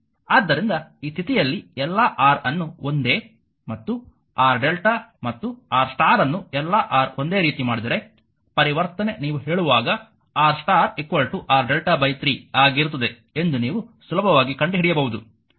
ಆದ್ದರಿಂದ ಈ ಸ್ಥಿತಿಯಲ್ಲಿ ಎಲ್ಲಾ R ಅನ್ನು ಒಂದೇ ಮತ್ತು R Δ ಮತ್ತು R ಸ್ಟಾರ್ ಅನ್ನು ಎಲ್ಲಾ R ಒಂದೇ ರೀತಿ ಮಾಡಿದರೆ ಪರಿವರ್ತನೆ ನೀವು ಹೇಳುವಾಗ R ಸ್ಟಾರ್ R Δ 3 ಆಗಿರುತ್ತದೆ ಎಂದು ನೀವು ಸುಲಭವಾಗಿ ಕಂಡುಹಿಡಿಯಬಹುದು